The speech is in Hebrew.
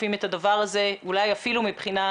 תוקפים את הדבר הזה אולי אפילו מבחינת